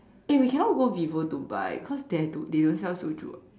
eh we cannot go Vivo to buy because they have to they don't sell soju [what]